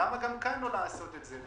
למה גם כאן לא לעשות את זה?